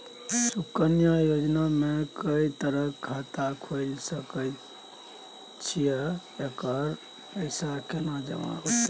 सुकन्या योजना म के सब खाता खोइल सके इ आ एकर पैसा केना जमा होतै?